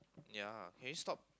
ya can you stop